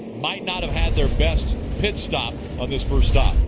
might not have had their best pit stop on this first stop.